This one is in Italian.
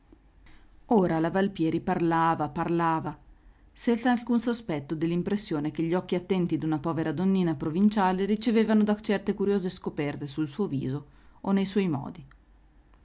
ora la valpieri parlava parlava senz'alcun sospetto dell'impressione che gli occhi attenti d'una povera donnina provinciale ricevevano da certe curiose scoperte sul suo viso o nei suoi modi